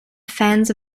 fans